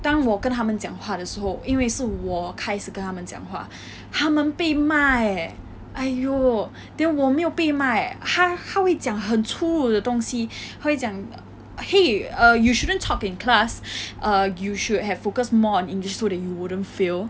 当我跟他们讲话的时候因为是我开始跟他们讲话他们被骂 eh !aiyo! then 我没有被骂 eh 她她会讲很粗鲁的东西会讲 !hey! err you shouldn't talk in class err you should have focused more on english so that you wouldn't fail